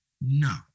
No